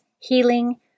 healing